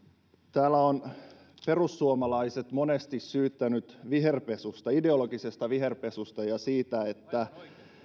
täällä perussuomalaiset ovat monesti syyttäneet viherpesusta ideologisesta viherpesusta ja siitä että